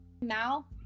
Mal